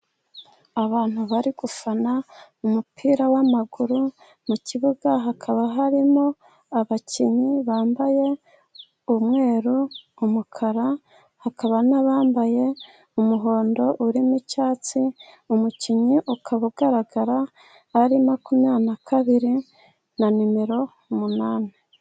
Abantu bari gufana umupira w'amaguru. Mu kibuga hakaba harimo abakinnyi bambaye umweru, umukara hakaba n'abambaye umuhondo urimo icyatsi. umukinnyi ukaba ugaragara ari makumyabiri na kabiri na nimero umunani.